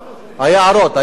היערות עכשיו.